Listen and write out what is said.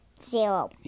Zero